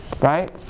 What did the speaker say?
right